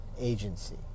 agency